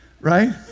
right